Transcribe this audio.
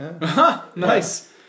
Nice